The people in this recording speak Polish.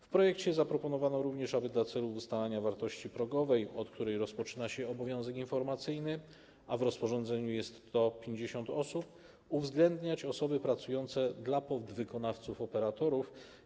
W projekcie zaproponowano również, aby dla celów ustalania wartości progowej, od której rozpoczyna się obowiązek informacyjny, a w rozporządzeniu jest to 50 osób, uwzględniać osoby pracujące dla podwykonawców operatorów.